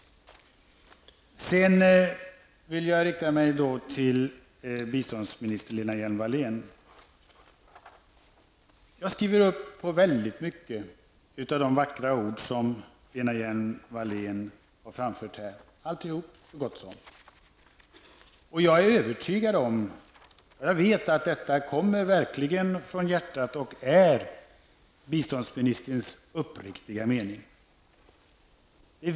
Jag vill sedan rikta mig till biståndsminister Lena Hjelm-Wallén. Jag skriver under på väldigt många av de vackra ord som Lena Hjelm-Wallén här framförde -- så gott som allihop. Jag är övertygad om att detta verkligen kommer från hjärtat och är biståndsministerns uppriktiga mening.